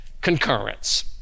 concurrence